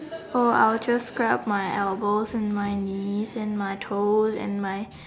I will just scrub my elbows and my knees and my toes and my